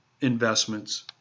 investments